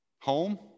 Home